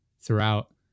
throughout